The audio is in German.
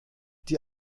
die